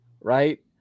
right